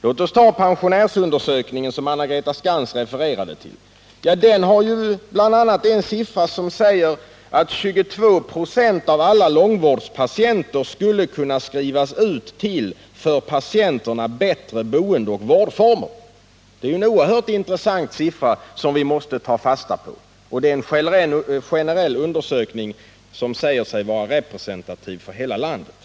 Låt oss ta pensionärsundersökningen, som Anna Greta Skantz refererade till. I den anges att 22 96 av alla långvårdspatienter skulle kunna skrivas ut till för patienterna bättre boendeoch vårdformer. Det är en oerhört intressant siffra, som vi måste ta fasta på. Pensionärsundersökningen är en generell undersökning, som skall vara representativ för hela landet.